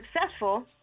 successful